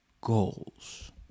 goals